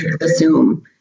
Assume